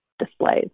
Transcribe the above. displays